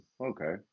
okay